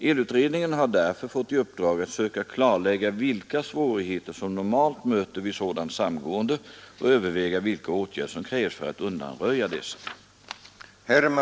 Elutredningen har därför fått i uppdrag att söka klarlägga vilka svårigheter som normalt möter vid sådant samgående och överväga vilka åtgärder som krävs för att undanröja dessa.